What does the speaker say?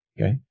Okay